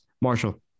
Marshall